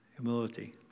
Humility